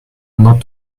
not